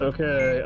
Okay